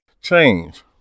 Change